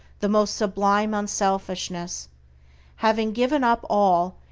the most sublime unselfishness having given up all,